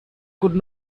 could